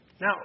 Now